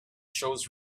shows